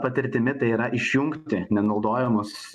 patirtimi tai yra išjungti nenaudojamus